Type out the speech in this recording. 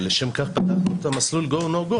אבל לשם כך פתחנו את מסלול ה-go no go,